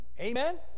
Amen